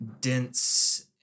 dense